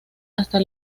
hasta